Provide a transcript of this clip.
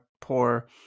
poor